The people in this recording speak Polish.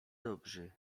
dobrzy